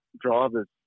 drivers